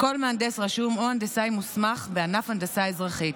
כל מהנדס רשום או הנדסאי מוסמך בענף הנדסה אזרחית.